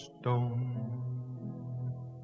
stone